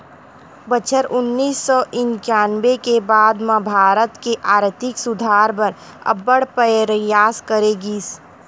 बछर उन्नीस सौ इंकानबे के बाद म भारत के आरथिक सुधार बर अब्बड़ परयास करे गिस